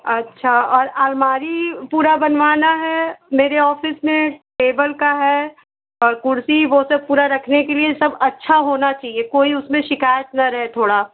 अच्छा और आलमारी पूरी बनवाना है मेरे ऑफ़िस में टेबल का है और कुर्सी वह सब पूरा रखने के लिए सब अच्छा होना चाहिए कोई उसमें शिकायत ना रहे थोड़ी